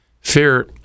Fear